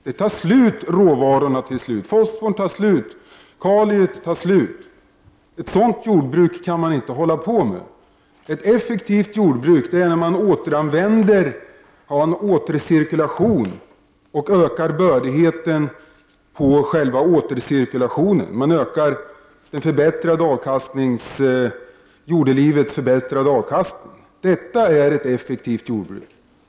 Så småningom tar råvarorna slut. Fosforn tar slut. Ka liet tar slut. Ett sådant jordbruk kan man inte driva. Ett effektivt jordbruk innebär att man har en återcirkulation och ökar bördigheten genom själva återcirkulationen. Man ökar jordelivets förbättrade avkastning. Detta är ett effektivt jordbruk.